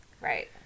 Right